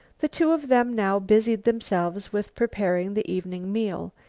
the two of them now busied themselves with preparing the evening meal,